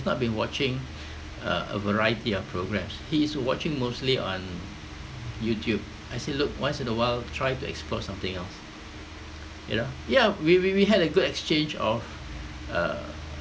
not been watching uh a variety of programmes he's watching mostly on youtube I say look once in a while try to explore something else you know ya we we we had a good exchange of uh